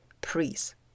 priest